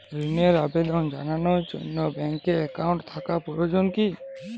ঋণের আবেদন জানানোর জন্য ব্যাঙ্কে অ্যাকাউন্ট থাকা প্রয়োজন কী?